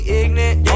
ignorant